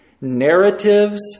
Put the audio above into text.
narratives